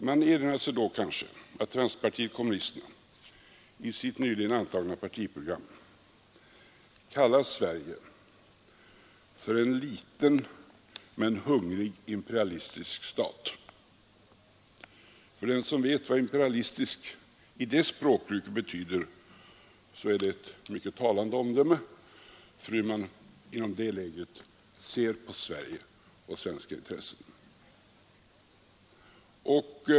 Man erinrar sig då kanske att vänsterpartiet kommunisterna i sitt nyligen antagna partiprogram kallar Sverige för en liten men hungrig imperialistisk stat. För den som vet vad ordet imperialistisk i det språkbruket betyder är det ett mycket talande omdöme för hur man inom det lägret ser på Sverige och svenska intressen.